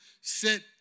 sit